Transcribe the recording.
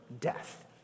death